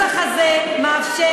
הנוסח הזה מאפשר,